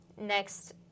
next